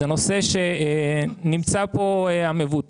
זה נושא שנמצא פה המבוטח.